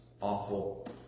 Awful